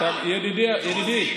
ידידי,